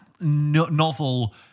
novel